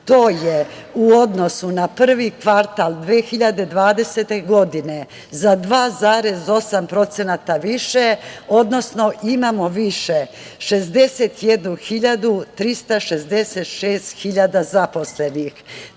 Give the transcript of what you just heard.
To je u odnosu na prvi kvartal 2020. godine za 2,8% više, odnosno imamo više 61.366 zaposlenih.